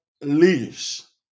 leaves